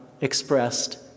expressed